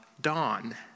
dawn